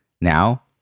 Now